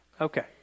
okay